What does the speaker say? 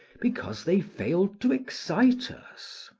because they fail to excite us.